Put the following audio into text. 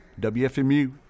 WFMU